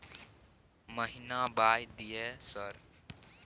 महीना बाय दिय सर?